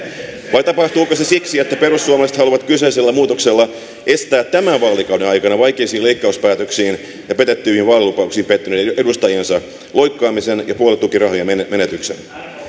vai tapahtuuko se siksi että perussuomalaiset haluavat kyseisellä muutoksella estää tämän vaalikauden aikana vaikeisiin leikkauspäätöksiin ja petettyihin vaalilupauksiin pettyneiden edustajiensa loikkaamisen ja puoluetukirahojen menetyksen